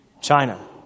China